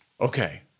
Okay